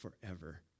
forever